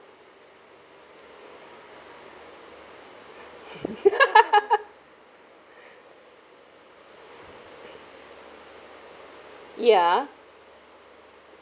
ya